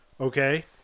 okay